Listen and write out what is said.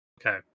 Okay